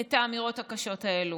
את האמירות הקשות האלה.